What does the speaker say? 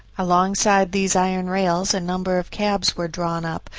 alongside these iron rails a number of cabs were drawn up,